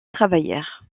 travaillèrent